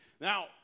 Now